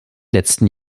letzten